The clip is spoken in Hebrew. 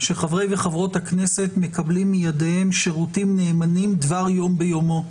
שחברי וחברות כנסת מקבלים מידיהם שירותים נאמנים דבר יום ביומו.